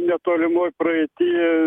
netolimoj praeity